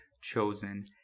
chosen